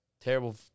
Terrible